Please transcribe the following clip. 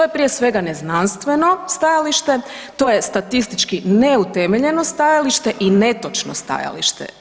To je, prije svega neznanstveno stajalište, to je statistički neutemeljeno stajalište i netočno stajalište.